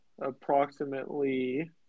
approximately